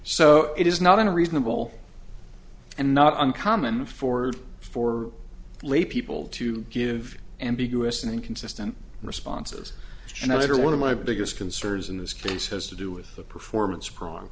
so it is not unreasonable and not uncommon afford for lay people to give ambiguous and inconsistent responses another one of my biggest concerns in this case has to do with the performance pron